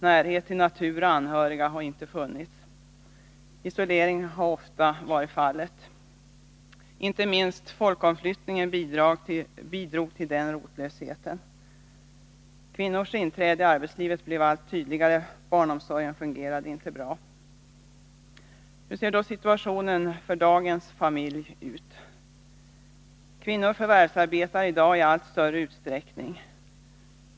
Närhet till natur och anhöriga fanns ej. Isolering var ofta fallet. Inte minst folkomflyttningen bidrog till den rotlösheten. Kvinnors inträde i arbetslivet blev allt tydligare. Barnomsorgen fungerade inte bra. Hur ser då situationen för dagens familj ut? Kvinnor förvärvsarbetar i dag i allt större utsträckning.